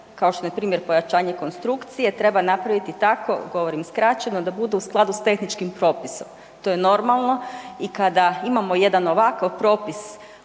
kao što je primjer pojačanje konstrukcije treba napraviti tako, govorim skraćeno, da budu u skladu s tehničkim propisom, to je normalno i kada imamo jedan ovakav propis,